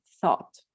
thought